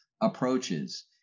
approaches